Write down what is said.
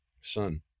son